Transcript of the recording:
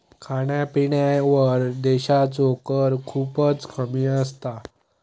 खाण्यापिण्यावर देशाचो कर खूपच कमी असता